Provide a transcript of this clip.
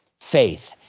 faith